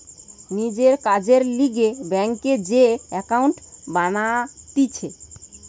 নিজের কাজের লিগে ব্যাংকে যে একাউন্ট বানাতিছে